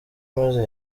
maze